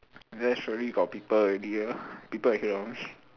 there surely got people already ah people will hear one